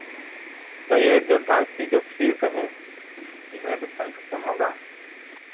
तो ये जो डांस की जो फीस है इसमें कुछ कंसेशन होगा